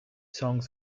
songs